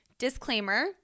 Disclaimer